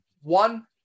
One